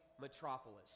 metropolis